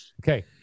Okay